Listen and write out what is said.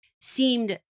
seemed